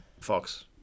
Fox